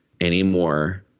anymore